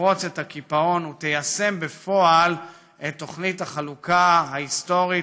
תפרוץ את הקיפאון ותיישם בפועל את תוכנית החלוקה ההיסטורית,